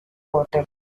potter